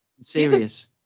serious